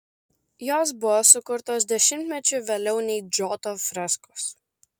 jos buvo sukurtos dešimtmečiu vėliau nei džoto freskos